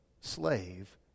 slave